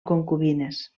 concubines